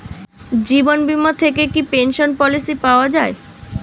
জীবন বীমা থেকে কি পেনশন পলিসি পাওয়া যায়?